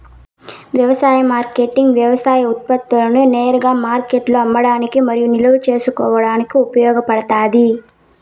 వ్యవసాయ మార్కెటింగ్ వ్యవసాయ ఉత్పత్తులను నేరుగా మార్కెట్లో అమ్మడానికి మరియు నిల్వ చేసుకోవడానికి ఉపయోగపడుతాది